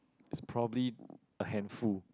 it's probably a handful